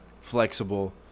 flexible